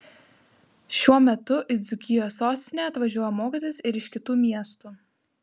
šiuo metu į dzūkijos sostinę atvažiuoja mokytis ir iš kitų miestų